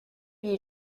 you